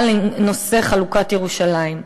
על נושא חלוקת ירושלים.